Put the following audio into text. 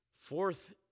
Fourth